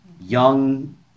young